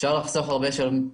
אפשר לחסוך הרבה שאלות.